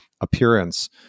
appearance